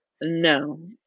no